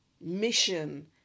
mission